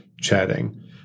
chatting